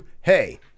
hey